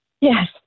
Yes